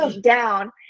down